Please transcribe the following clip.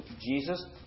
Jesus